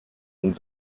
und